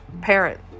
parent